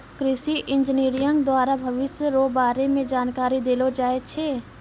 कृषि इंजीनियरिंग द्वारा भविष्य रो बारे मे जानकारी देलो जाय छै